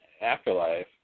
afterlife